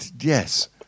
yes